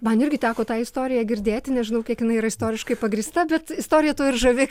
man irgi teko tą istoriją girdėti nežinau kiek jinai yra istoriškai pagrįsta bet istorija tuo ir žavi